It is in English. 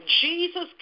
Jesus